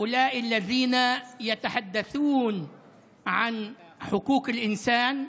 אלה המדברים על זכויות אדם,